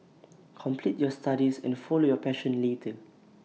complete your studies and follow your passion later